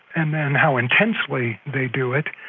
and then how intensely they do it.